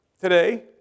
today